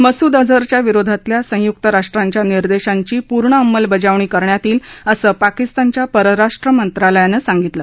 मसुद अजहरच्या विरोधातल्या संयुक्त राष्ट्राच्या निर्देशांची पूर्ण अंमलबजावणी करण्यात येईल असं पाकिस्तानच्या परराष्ट्र मंत्रालयानं सांगितलं